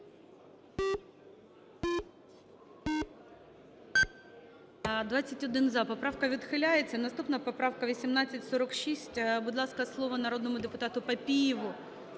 За-21 Поправка відхиляється. Наступна поправка 1846. Будь ласка, слово народному депутату Папієву.